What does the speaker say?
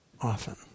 often